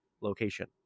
location